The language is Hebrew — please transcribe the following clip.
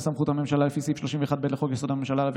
לסמכות הממשלה לפי סעיף 31(ב) לחוק-יסוד: הממשלה יועברו